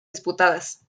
disputadas